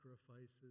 sacrifices